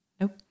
Nope